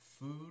Food